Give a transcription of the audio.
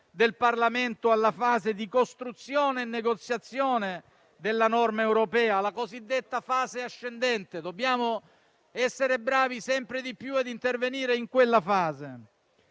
del Parlamento alla fase di costruzione e negoziazione della norma europea (la cosiddetta fase ascendente). Dobbiamo essere sempre più bravi a intervenire in quella fase.